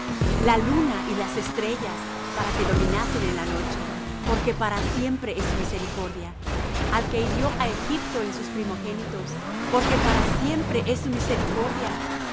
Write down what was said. la luna y las estrellas para que dominasen en la noche porque para siempre es su misericordia al que hirió á egipto en sus primogénitos porque para siempre es su misericordia